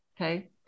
Okay